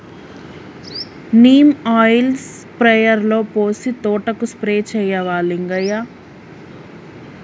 neem oil స్ప్రేయర్లో పోసి తోటకు స్ప్రే చేయవా లింగయ్య